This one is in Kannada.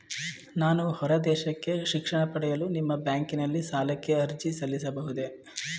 ನಾನು ಹೊರದೇಶಕ್ಕೆ ಶಿಕ್ಷಣ ಪಡೆಯಲು ನಿಮ್ಮ ಬ್ಯಾಂಕಿನಲ್ಲಿ ಸಾಲಕ್ಕೆ ಅರ್ಜಿ ಸಲ್ಲಿಸಬಹುದೇ?